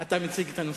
אתה מציג את הנושא.